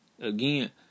Again